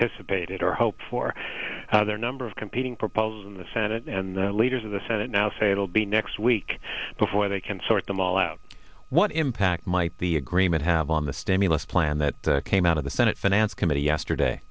sabaidee or hoped for their number of competing proposals in the senate and the leaders of the senate now say it will be next week before they can sort them all out what impact might the agreement have on the stimulus plan that came out of the senate finance committee yesterday